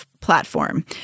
platform